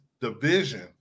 division